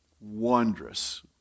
wondrous